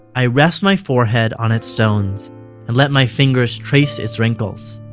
i rest my forehead on its stones and let my fingers trace its wrinkles.